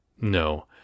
No